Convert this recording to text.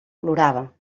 plorava